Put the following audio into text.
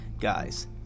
Guys